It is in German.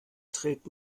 trägt